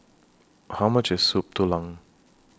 How much IS Soup Tulang